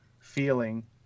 feeling